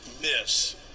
miss